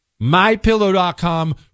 MyPillow.com